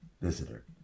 visitor